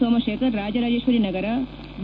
Somashekar Rajarajeshwari Nagar B